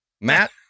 matt